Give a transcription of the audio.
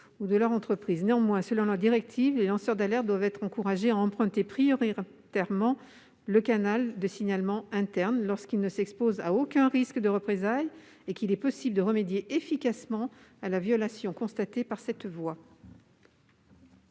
ou de leur entreprise. Néanmoins, selon la directive du 23 octobre 2019, les lanceurs d'alerte doivent être encouragés à emprunter prioritairement le canal de signalement interne, lorsqu'ils ne s'exposent à aucun risque de représailles et qu'il est possible de remédier efficacement à la violation constatée par cette voie.